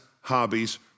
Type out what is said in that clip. hobbies